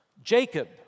Jacob